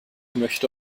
möchte